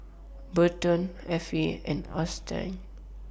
Burton Affie and Austyn